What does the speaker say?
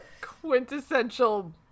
quintessential